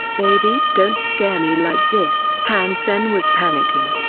baby? don't scare me like this. han sen was panicking,